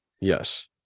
yes